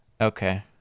Okay